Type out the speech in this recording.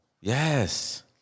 yes